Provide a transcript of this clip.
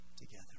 together